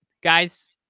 guys